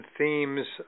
themes